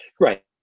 Right